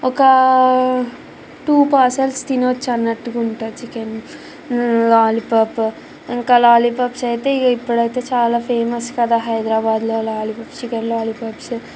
ఒక two parcels తినొచ్చన్నట్టుగా ఉంటుంది చికెన్ లాలిపప్ ఇంకా లాలిపప్సయితే ఇప్పుడయితే చాలా ఫేమస్ కదా హైదరాబాదులో లాలిపప్స్ చికెన్ లాలీపప్స్